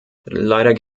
leider